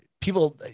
people